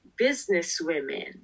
businesswomen